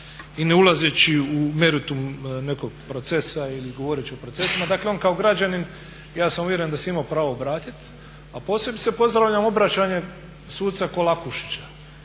i ne ulazeći u meritum nekog procesa ili govoreći o procesima, dakle on kao građanin, ja sam uvjeren da se imao pravo obratiti a posebice pozdravljam obraćanje suda Kolakušića